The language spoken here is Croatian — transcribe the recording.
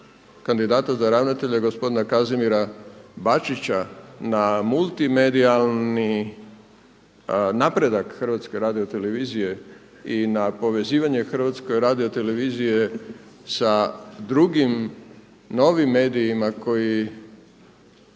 kandidata za ravnatelja gospodina Kazimira Bačića na multimedijalni napredak HRT-a i na povezivanje HRT-a sa drugim novim medijima koji,